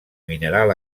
mineral